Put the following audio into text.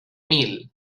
mil